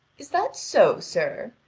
is that so, sir?